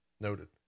noted